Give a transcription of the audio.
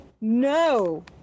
No